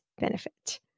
benefit